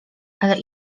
ale